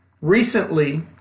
recently